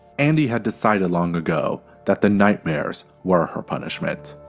andi had decided, long ago, that the nightmares were her punishment.